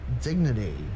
dignity